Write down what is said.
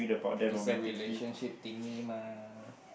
it's a relationship thingy mah